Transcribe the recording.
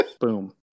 Boom